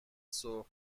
سرخ